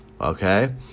Okay